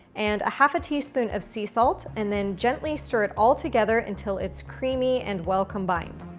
and half-a-teaspoon of sea salt, and then gently stir it all together until it's creamy and well combined.